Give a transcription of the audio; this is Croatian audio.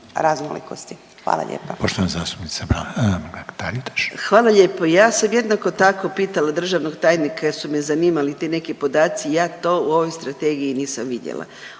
**Mrak-Taritaš, Anka (GLAS)** Hvala lijepo. Ja sam jednako tako pitala državnog tajnika jer su me zanimali ti neki podaci, ja to u ovoj strategiji nisam vidjela.